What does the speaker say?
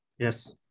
Yes